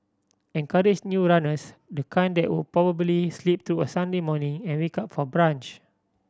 encourage new runners the kind that would probably sleep through a Sunday morning and wake up for brunch